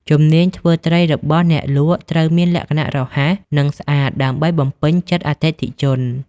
ជំនាញធ្វើត្រីរបស់អ្នកលក់ត្រូវមានលក្ខណៈរហ័សនិងស្អាតដើម្បីបំពេញចិត្តអតិថិជន។